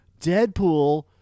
Deadpool